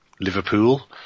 Liverpool